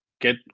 get